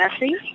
messy